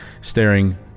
staring